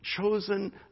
chosen